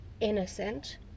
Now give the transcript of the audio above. innocent